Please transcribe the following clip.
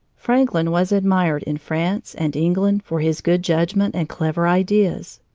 franklin was admired in france and england for his good judgment and clever ideas.